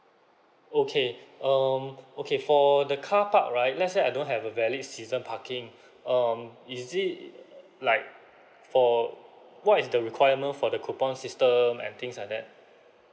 okay um okay for the car park right let's say I don't have a valid season parking um is it like for what is the requirement for the coupon system and things like that